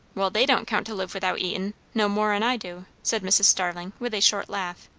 well, they don't count to live without eatin', no mor'n i do, said mrs. starling with a short laugh.